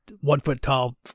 one-foot-tall